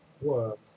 work